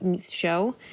show